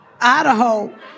Idaho